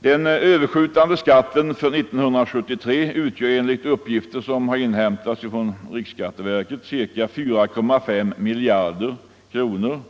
Den överskjutande skatten för år 1973 utgör enligt uppgifter som inhämtats från riksräkenskapsverket ca 4,5 miljarder kronor